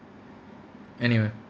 any way